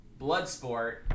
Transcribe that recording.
Bloodsport